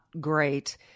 great